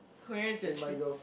where is your true